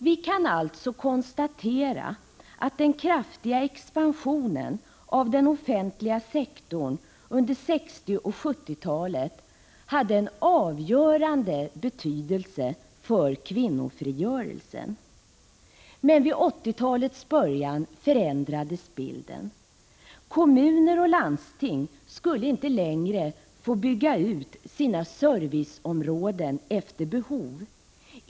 Vi kan alltså konstatera att den kraftiga expansionen av den offentliga sektorn under 1960 och 1970-talen hade en avgörande betydelse för kvinnofrigörelsen. Men vid 1980-talets början förändrades bilden. Kommuner och landsting skulle inte längre få bygga ut sina serviceområden efter behov.